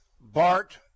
bart